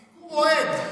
סיקור אוהד.